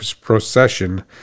procession